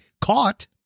caught